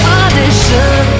audition